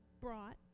brought